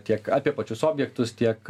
tiek apie pačius objektus tiek